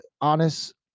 honest